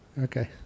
Okay